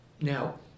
Now